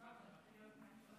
עכשיו זה מתחיל להיות מעניין.